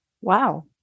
Wow